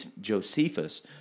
Josephus